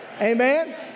Amen